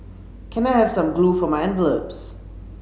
can I have some glue for my envelopes